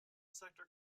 sector